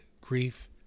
grief